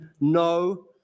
no